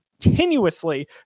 continuously